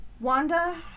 Wanda